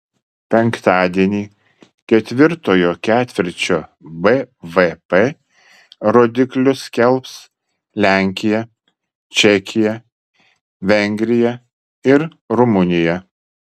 penktadienį ketvirtojo ketvirčio bvp rodiklius skelbs lenkija čekija vengrija ir rumunija